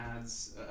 adds